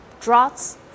Droughts